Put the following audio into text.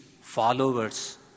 followers